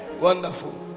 Wonderful